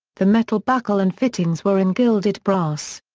the metal buckle and fittings were in gilded brass.